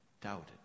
doubted